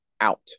out